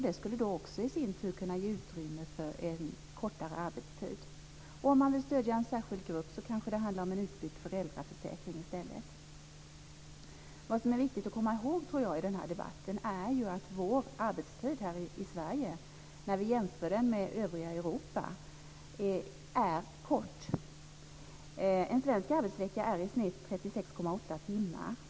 Det skulle då också i sin tur kunna ge utrymme för en kortare arbetstid. Om man vill stödja en särskild grupp kanske det handlar om utbyggd föräldraförsäkring i stället. Vad som är viktigt att komma ihåg, tror jag, i den här debatten är ju att vår arbetstid här i Sverige när vi jämför med övriga Europa är kort. En svensk arbetsvecka är i snitt 36,8 timmar.